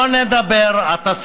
נדבר, להביא את הדעות של מזרחי.